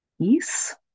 peace